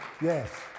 yes